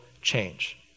change